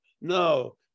no